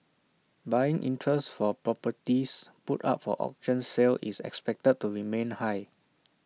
buying interest for properties put up for auction sale is expected to remain high